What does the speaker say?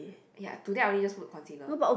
ya today I only just put concealer